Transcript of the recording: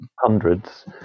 hundreds